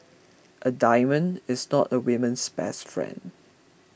a diamond is not a women's best friend